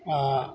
आओर